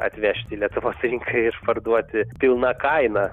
atvežti lietuvos rinkai išparduoti pilna kaina